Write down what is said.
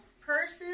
purses